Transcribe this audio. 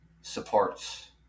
supports